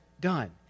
done